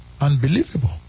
unbelievable